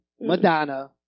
Madonna